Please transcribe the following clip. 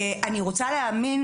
אני רוצה להאמין,